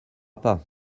pas